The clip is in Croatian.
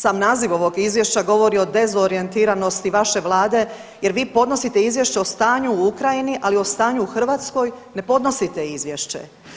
Sam naziv ovog izvješća govori o dezorijentiranosti vaše vlade jer vi podnosite izvješće o stanju u Ukrajini, ali o stanju u Hrvatskoj ne podnosite izvješće.